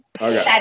okay